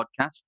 podcast